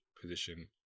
position